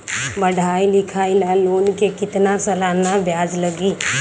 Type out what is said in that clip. पढाई लिखाई ला लोन के कितना सालाना ब्याज लगी?